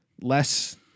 less